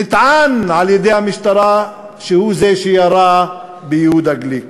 נטען על-ידי המשטרה שהוא זה שירה ביהודה גליק.